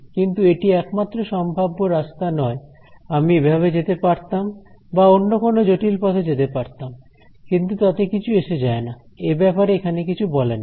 কিন্তু এটি একমাত্র সম্ভাব্য রাস্তা নয় আমি এভাবে যেতে পারতাম বা অন্য কোন জটিল পথে যেতে পারতাম কিন্তু তাতে কিছু এসে যায় না এব্যাপারে এখানে কিছু বলা নেই